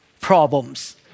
problems